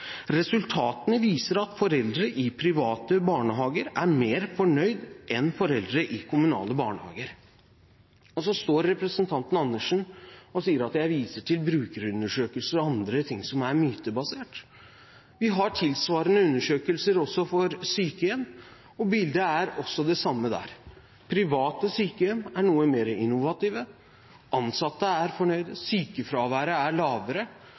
Resultatene viser at foreldre i private barnehager er noe mer fornøyd enn foreldre i kommunale barnehager.» Og så står representanten Andersen og sier at jeg viser til brukerundersøkelser og andre ting som er mytebasert! Vi har tilsvarende undersøkelser også for sykehjem, og bildet er det samme der. Private sykehjem er noe mer innovative. Ansatte er fornøyd, sykefraværet er lavere,